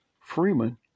Freeman